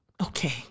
okay